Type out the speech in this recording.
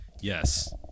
Yes